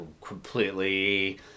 completely